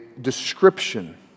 description